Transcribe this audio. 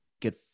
get